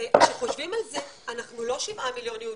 כשחושבים על זה אנחנו לא שבעה מיליון יהודים,